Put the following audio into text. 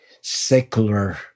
secular